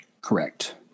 correct